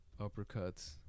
uppercuts